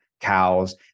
cows